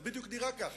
זה בדיוק נראה ככה.